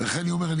לכן אני אומר,